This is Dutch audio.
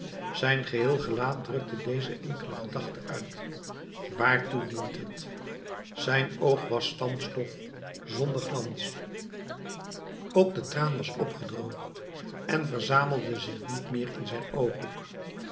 zijn geheel gelaat drukte deze enkele gedachte uit waartoe dient het zijn oog was thans dof zonder glans ook de traan was opgedroogd en verzamelde zich niet meer in zijn ooghoek